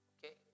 Okay